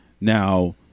Now